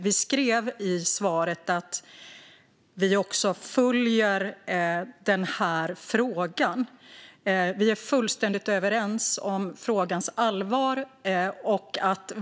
Vi följer alltså frågan och är fullständigt överens om allvaret.